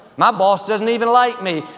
my boss doesn't even like me.